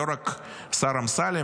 לא רק השר אמסלם,